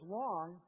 long